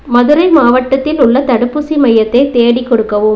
மதுரை மாவட்டத்தில் உள்ள தடுப்பூசி மையத்தைத் தேடிக் கொடுக்கவும்